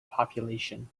population